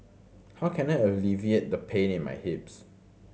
how can I alleviate the pain in my hips